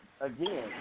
Again